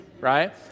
right